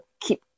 keep